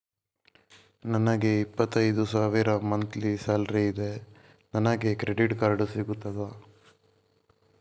ನನಗೆ ಇಪ್ಪತ್ತೈದು ಸಾವಿರ ಮಂತ್ಲಿ ಸಾಲರಿ ಇದೆ, ನನಗೆ ಕ್ರೆಡಿಟ್ ಕಾರ್ಡ್ ಸಿಗುತ್ತದಾ?